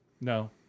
No